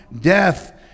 death